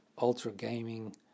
ultra-gaming